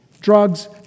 Drugs